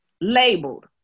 labeled